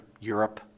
Europe